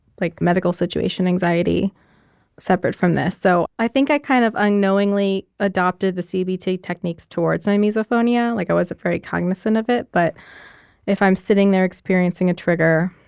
like medical situation anxiety separate from this, so i think i kind of unknowingly adopted the cbt techniques towards misophonia. like i wasn't very cognizant of it, but if i'm sitting there experiencing a trigger,